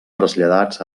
traslladats